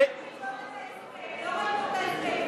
לא בטוח.